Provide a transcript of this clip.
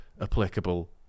applicable